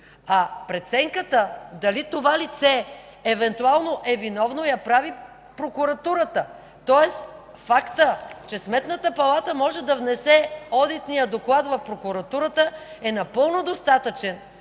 Преценката дали това лице евентуално е виновно я прави прокуратурата, тоест фактът, че Сметната палата може да внесе одитния доклад в прокуратурата, е напълно достатъчен.